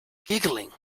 giggling